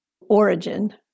origin